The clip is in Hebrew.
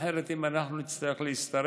אחרת, אם אנחנו נצטרך להשתרך